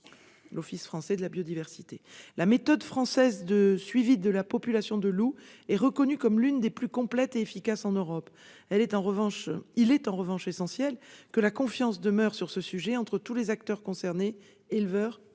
d'intervention de l'OFB. La méthode française de suivi de la population de loups est reconnue comme l'une des plus complètes et efficaces en Europe. Il est en revanche essentiel que la confiance demeure entre tous les acteurs concernés, éleveurs comme